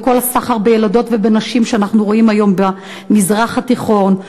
וכל הסחר בילדות ובנשים שאנחנו רואים היום במזרח התיכון,